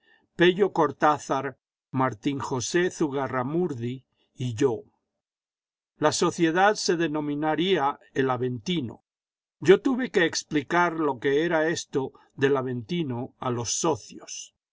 pello cortázar martín josé zugarramurdi y yo la sociedad se denominaría el aventino yo tuve que explicar lo que era esto del aventino a los socios